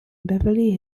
beverly